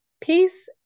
Peace